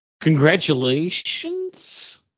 Congratulations